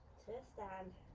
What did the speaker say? stand.